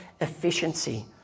efficiency